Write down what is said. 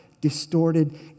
distorted